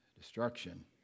destruction